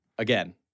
Again